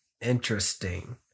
interesting